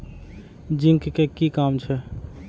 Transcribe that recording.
Zinc के कि काम छै?